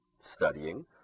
studying